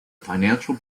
financial